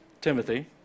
Timothy